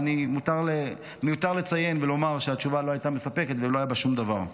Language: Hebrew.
ומיותר לציין ולומר שהתשובה לא הייתה מספקת ולא היה בה שום דבר.